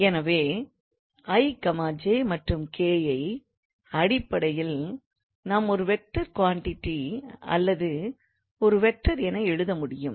எனவே i j மற்றும் k ஐ i j மற்றும் k ஐ அடிப்படையில் நாம் ஒரு வெக்டார் குவாண்டிட்டி அல்லது ஒரு வெக்டார் என எழுத முடியும்